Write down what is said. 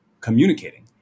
communicating